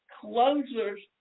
closers